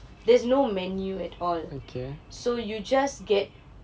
there's no menu at all so you just get